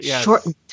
Shortened